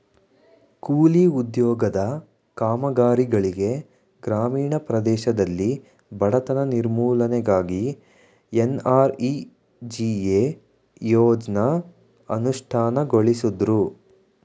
ಕೂಲಿ ಉದ್ಯೋಗದ ಕಾಮಗಾರಿಗಳಿಗೆ ಗ್ರಾಮೀಣ ಪ್ರದೇಶದಲ್ಲಿ ಬಡತನ ನಿರ್ಮೂಲನೆಗಾಗಿ ಎನ್.ಆರ್.ಇ.ಜಿ.ಎ ಯೋಜ್ನ ಅನುಷ್ಠಾನಗೊಳಿಸುದ್ರು